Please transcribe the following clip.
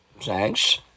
Thanks